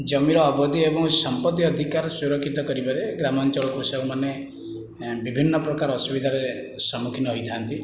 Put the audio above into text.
ଜମିର ଅବଧି ଏବଂ ସମ୍ପତ୍ତି ଅଧିକାର ସୁରକ୍ଷିତ କରିବାରେ ଗ୍ରାମାଞ୍ଚଳର କୃଷକମାନେ ବିଭିନ୍ନ ପ୍ରକାର ଅସୁବିଧାରେ ସମ୍ମୁଖୀନ ହୋଇଥାନ୍ତି